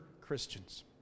Christians